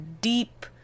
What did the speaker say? deep